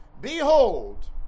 behold